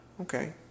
Okay